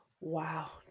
Wow